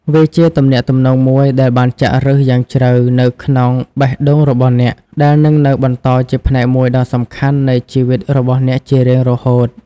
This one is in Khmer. វាជាទំនាក់ទំនងមួយដែលបានចាក់ឫសយ៉ាងជ្រៅនៅក្នុងបេះដូងរបស់អ្នក ដែលនឹងនៅបន្តជាផ្នែកមួយដ៏សំខាន់នៃជីវិតរបស់អ្នកជារៀងរហូត។